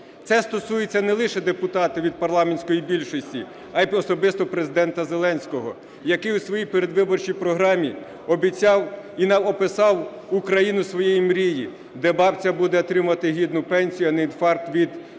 Це стосується не лише депутатів від парламентської більшості, а й особисто Президента Зеленського, який у своїй передвиборчій програмі обіцяв і описав Україну своєї мрії, де бабця буде отримувати гідну пенсію, а не інфаркт від рахунку